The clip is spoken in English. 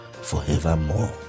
forevermore